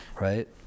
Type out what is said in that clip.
right